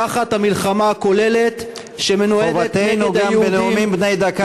תחת המלחמה הכוללת שמנוהלת נגד יהודים,